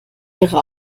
ihre